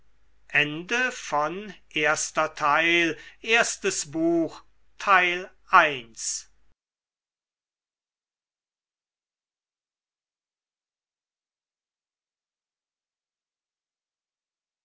gelegenheit erstes buch